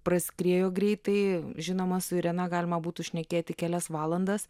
praskriejo greitai žinoma su irena galima būtų šnekėti kelias valandas